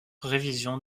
révision